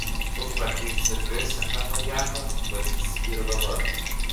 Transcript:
tu tvarkei ck sekretoriatą tvarkysi jį ir dabar